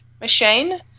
machine